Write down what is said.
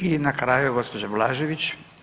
I na kraju gospođa Blažević.